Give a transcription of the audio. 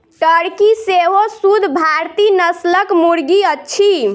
Turkey सेहो शुद्ध भारतीय नस्लक मुर्गी अछि